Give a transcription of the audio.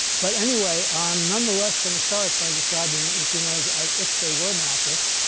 but anyway, i'm nonetheless going to start by describing neutrinos as if they were massless,